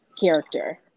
character